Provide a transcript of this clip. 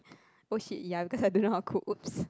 !oh shit! ya because I don't know how cook !oops!